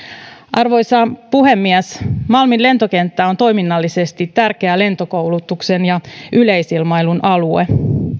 arvoisa puhemies malmin lentokenttä on toiminnallisesti tärkeä lentokoulutuksen ja yleisilmailun alue